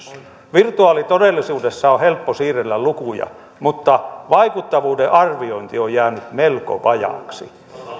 virtuaalitodellisuudessa on helppo siirrellä lukuja mutta vaikuttavuuden arviointi on jäänyt melko vajaaksi